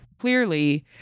clearly